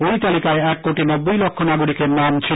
ঐ তালিকায় এক কোটি নব্বই লক্ষ নাগরিকের নাম ছিল